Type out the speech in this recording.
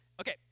okay